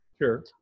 Sure